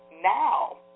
now